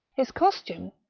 his costume,